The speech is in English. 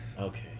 Okay